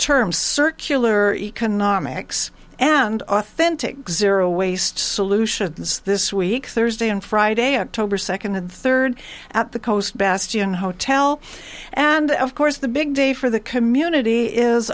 term circular economics and authentic zero waste solutions this week thursday and friday october second the third at the coast bastion hotel and of course the big day for the community is